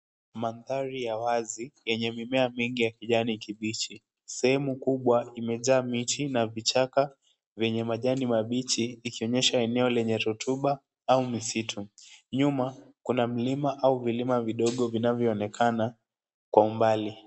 Mandhari ya wazi yenye mimea nyingi ya kijani kibichi, sehemu kubwa imejaa miti na vichaka vyenye majani mabichi ikionyesha eneo lenye rotuba au misitu, nyuma kuna mlima au vilima vidogo vinavyoonekana kwa umbali.